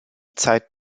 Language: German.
zeit